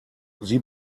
sie